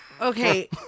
Okay